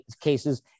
cases